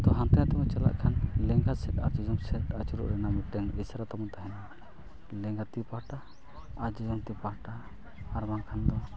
ᱟᱫᱚ ᱦᱟᱱᱛᱮᱼᱱᱷᱟᱛᱮ ᱵᱚᱱ ᱪᱟᱞᱟᱜ ᱠᱷᱟᱱ ᱞᱮᱸᱜᱟ ᱥᱮᱫ ᱟᱨ ᱡᱚᱡᱚᱢ ᱥᱮᱫ ᱟᱹᱪᱩᱨᱚᱜ ᱨᱮᱱᱟᱜ ᱢᱤᱫᱴᱟᱝ ᱤᱥᱟᱹᱨᱟ ᱛᱟᱵᱚᱱ ᱛᱟᱦᱮᱱᱟ ᱞᱮᱸᱜᱟ ᱛᱤ ᱯᱟᱦᱴᱟ ᱟᱨ ᱡᱚᱡᱚᱢ ᱛᱤ ᱯᱟᱦᱴᱟ ᱟᱨ ᱵᱟᱝᱠᱷᱟᱱ ᱫᱚ